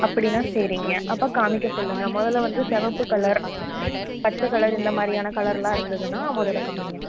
அப்படின்னா சரிங்க அப்போ காமிக்க சொல்லுங்கள் முதல்ல வந்து சிவப்பு கலர் பச்சை கலர் இந்த மாதிரியான கலர்லாம் இருந்ததுனா முதல்ல காமியுங்க